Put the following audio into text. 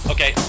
Okay